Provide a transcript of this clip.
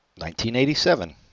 1987